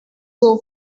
will